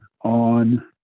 on